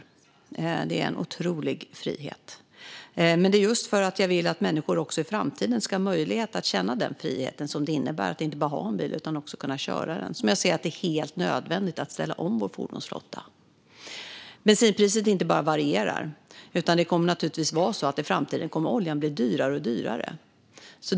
Den innebär en otrolig frihet. Men just för att jag vill att människor även i framtiden ska ha möjlighet att känna den frihet som det innebär att inte bara ha en bil utan att också kunna köra den tycker jag att det är helt nödvändigt att ställa om fordonsflottan. Bensinpriset varierar inte bara, utan i framtiden kommer oljan att bli dyrare och dyrare.